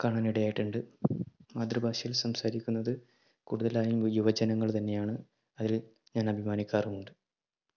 കാണാനിടയായിട്ടുണ്ട് മാതൃഭാഷയിൽ സംസാരിക്കുന്നത് കൂടുതലായും യുവജനങ്ങൾ തന്നെയാണ് അതിൽ ഞാൻ അഭിമാനിക്കാറുമുണ്ട്